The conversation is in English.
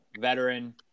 veteran